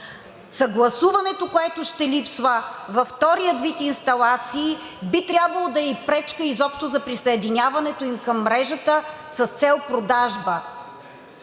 Съгласуването, което ще липсва във втория вид инсталации, би трябвало да е и пречка – изобщо за присъединяването им към мрежата с цел продажба.